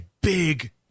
big